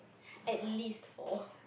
at least four